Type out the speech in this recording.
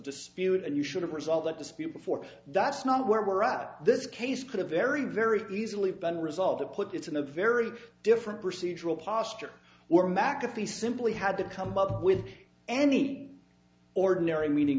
dispute and you should of course all that dispute before that's not where we're at this case could have very very easily been resolved or put it in a very different procedural posture where mcafee simply had to come up with any ordinary meeting